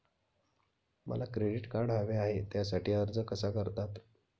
मला credit card हवे आहे त्यासाठी अर्ज कसा करतात?